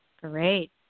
Great